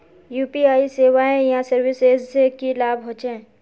UPI सेवाएँ या services से की लाभ होचे?